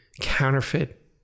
counterfeit